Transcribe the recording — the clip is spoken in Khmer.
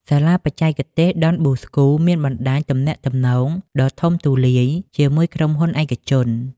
សាលាបច្ចេកទេសដុនបូស្កូមានបណ្ដាញទំនាក់ទំនងដ៏ទូលំទូលាយជាមួយក្រុមហ៊ុនឯកជន។